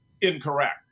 incorrect